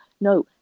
No